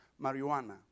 marijuana